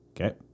Okay